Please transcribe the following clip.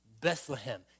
Bethlehem